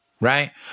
Right